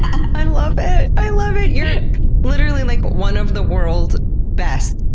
i love it, i love it! you're literally like one of the world's best!